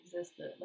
existed